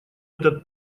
этот